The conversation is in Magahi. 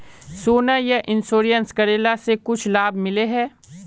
सोना यह इंश्योरेंस करेला से कुछ लाभ मिले है?